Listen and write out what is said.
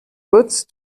woods